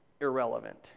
irrelevant